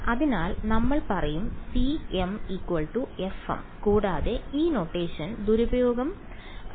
അതിനാൽ നമ്മൾ പറയും cm fm കൂടാതെ ഈ നൊട്ടേഷൻ ദുരുപയോഗം നിങ്ങൾ തിരയുന്ന പദമാണ്